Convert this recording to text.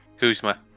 Kuzma